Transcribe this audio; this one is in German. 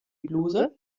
bluse